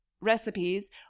recipes